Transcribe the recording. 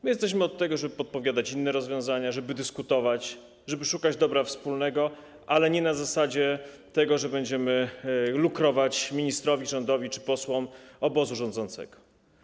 My jesteśmy od tego, żeby podpowiadać inne rozwiązania, żeby dyskutować, żeby szukać dobra wspólnego, ale nie na takiej zasadzie, że będziemy cukrować ministrowi, rządowi czy posłom obozu rządzącego.